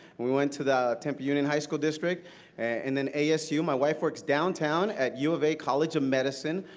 we went to the tempe union high school district and then asu. my wife works downtown at u of a college of medicine,